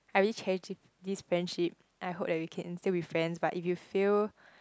I really cherish this this friendship I hope that we can still be friends but if you fail